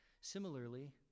Similarly